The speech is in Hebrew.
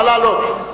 נא לעלות.